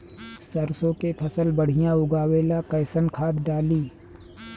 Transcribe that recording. सरसों के फसल बढ़िया उगावे ला कैसन खाद डाली?